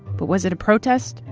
but was it a protest,